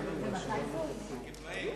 גמלאים.